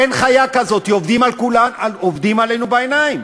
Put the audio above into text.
אין חיה כזאת, עובדים עלינו בעיניים,